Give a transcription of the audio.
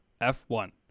F1